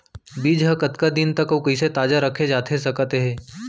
बीज ह कतका दिन तक अऊ कइसे ताजा रखे जाथे सकत हे?